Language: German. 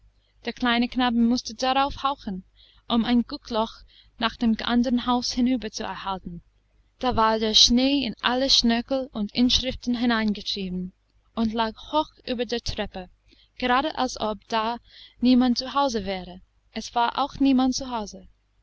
der kleine knabe mußte darauf hauchen um ein guckloch nach dem andern hause hinüber zu erhalten da war der schnee in alle schnörkel und inschriften hineingetrieben und lag hoch über der treppe gerade als ob da niemand zu hause wäre es war auch niemand